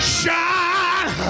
shine